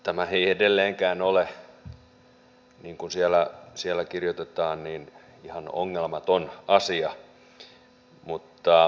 tämä ei edelleenkään ole niin kuin siellä kirjoitetaan ihan ongelmaton asia